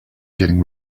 getting